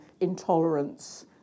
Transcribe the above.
intolerance